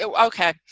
okay